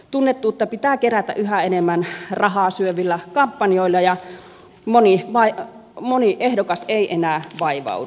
tunnettuutta pitää kerätä yhä enemmän rahaa syövillä kampanjoilla ja moni ehdokas ei enää vaivaudu